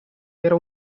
era